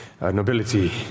nobility